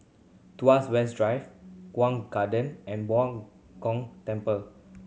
Tuas West Drive Chuan Garden and Bao Gong Temple